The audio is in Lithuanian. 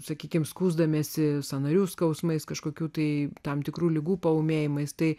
sakykime skųsdamiesi sąnarių skausmais kažkokių tai tam tikrų ligų paūmėjimais tai